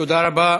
תודה רבה.